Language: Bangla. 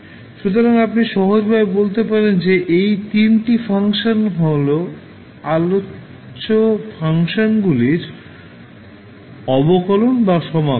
সুতরাং আপনি সহজভাবে বলতে পারেন যে এই 3 টি ফাংশন হল আলোচ্য ফাংশনগুলির অবকলন বা সমাকলন